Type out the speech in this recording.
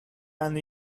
and